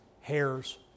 hair's